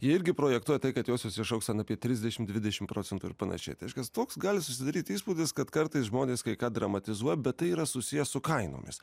jie irgi projektuoja tai kad josios išaugs ten apie trisdešim dvidešim procentų ir panašiai tai reiškias toks gali susidaryti įspūdis kad kartais žmonės kai ką dramatizuoja bet tai yra susiję su kainomis